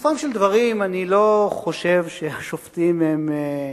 לגופם של דברים, אני לא חושב שהשופטים הם,